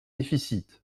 déficits